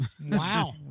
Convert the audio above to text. Wow